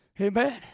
Amen